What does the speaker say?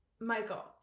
Michael